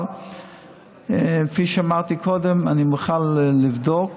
אבל כפי שאמרתי קודם, אני מוכן לבדוק